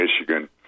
Michigan